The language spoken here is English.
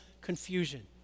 confusion